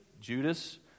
Judas